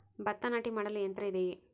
ಭತ್ತ ನಾಟಿ ಮಾಡಲು ಯಂತ್ರ ಇದೆಯೇ?